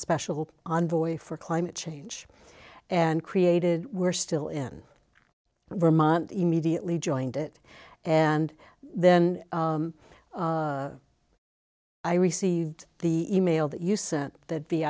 special envoy for climate change and created were still in vermont immediately joined it and then i received the e mail that you sent that the